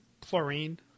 chlorine